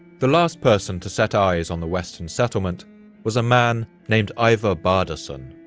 the last person to set eyes on the western settlement was a man named ivar bardason,